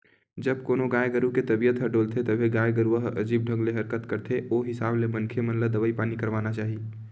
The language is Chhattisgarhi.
जब कोनो गाय गरु के तबीयत ह डोलथे तभे गाय गरुवा ह अजीब ढंग ले हरकत करथे ओ हिसाब ले मनखे मन ल दवई पानी करवाना चाही